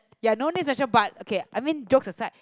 you are no need session but okay I mean joke aside